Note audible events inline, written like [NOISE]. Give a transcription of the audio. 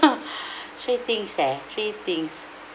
[LAUGHS] [BREATH] three things eh three things